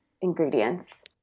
ingredients